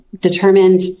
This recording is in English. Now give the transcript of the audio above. determined